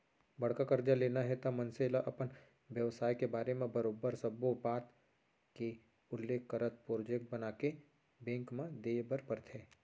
बड़का करजा लेना हे त मनसे ल अपन बेवसाय के बारे म बरोबर सब्बो बात के उल्लेख करत प्रोजेक्ट बनाके बेंक म देय बर परथे